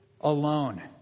alone